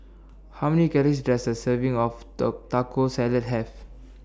How Many Calories Does A Serving of Taco Salad Have